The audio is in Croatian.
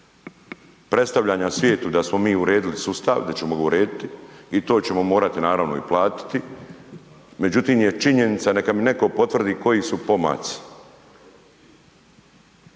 predstavljanja svijetu da smo mi uredili sustav, da ćemo ga urediti i to ćemo morati naravno platiti. Međutim je činjenica neka mi neko potvrdi koji su pomaci.